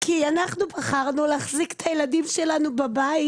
כי אנחנו בחרנו להחזיק את הילדים שלנו בבית